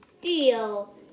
deal